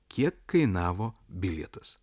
kiek kainavo bilietas